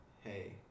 hey